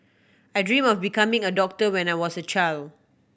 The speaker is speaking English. I dream of becoming a doctor when I was a child